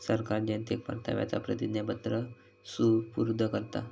सरकार जनतेक परताव्याचा प्रतिज्ञापत्र सुपूर्द करता